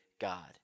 God